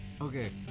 Okay